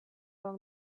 along